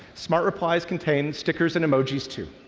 smart replies contain stickers and emojis, too,